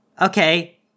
Okay